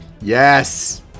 Yes